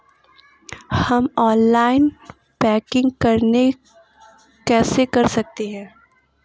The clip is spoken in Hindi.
हम ऑनलाइन बैंकिंग कैसे कर सकते हैं?